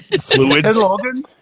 Fluids